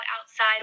outside